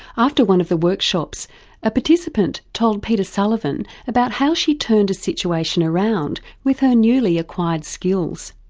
after one of the workshops a participant told peter sullivan about how she turned a situation around with her newly acquired skills.